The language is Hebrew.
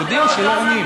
הודיעו שלא עונים.